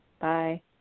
Bye